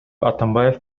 атамбаев